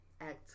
act